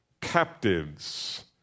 captives